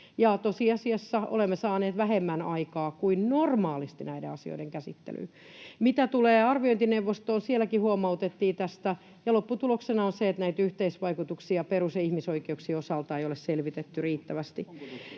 tosiasiassa olemme saaneet vähemmän aikaa kuin normaalisti näiden asioiden käsittelyyn. Mitä tulee arviointineuvostoon, sielläkin huomautettiin tästä. Lopputuloksena on se, että näitä yhteisvaikutuksia perus- ja ihmisoikeuksien osalta ei ole selvitetty riittävästi.